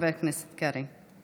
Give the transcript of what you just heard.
חבר הכנסת קרעי.